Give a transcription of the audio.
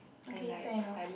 okay fair enough